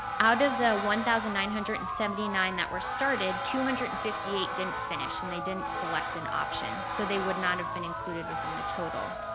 out of the one thousand nine hundred and seventy nine that were started, two hundred and fifty eight didn't finish and they didn't select an option. so they would not have been included within the total.